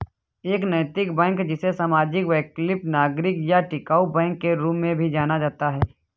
एक नैतिक बैंक जिसे सामाजिक वैकल्पिक नागरिक या टिकाऊ बैंक के रूप में भी जाना जाता है